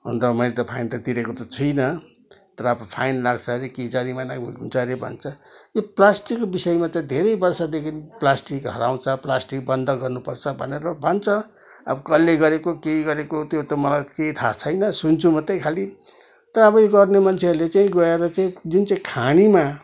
हुन त मैले त फाइन त तिरेको त छुइनँ तर अब फाइन लाग्छ अरे के जरिवाना हुन्छ अरे भन्छ यो प्लास्टिकको विषयमा त धेरै वर्षदेखि प्लास्टिक हराउँछ प्लास्टिक बन्द गर्नुपर्छ भनेर भन्छ अब कसले गरेको के गरेको त्यो त मलाई केही थाहा छैन सुन्छु मात्रै खालि त अब यो गर्ने मान्छेहरूले चाहिँ गएर चाहिँ जुन चाहिँ खानीमा